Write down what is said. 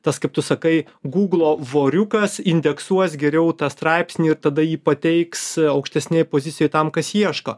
tas kaip tu sakai guglo voriukas indeksuos geriau tą straipsnį ir tada jį pateiks aukštesnėj pozicijoj tam kas ieško